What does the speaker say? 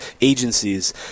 agencies